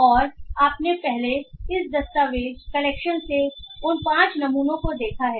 और आपने पहले इस दस्तावेज़ कलेक्शन से उन 5 नमूनों को देखा है